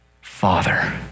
father